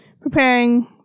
preparing